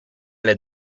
alle